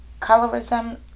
Colorism